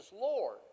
Lord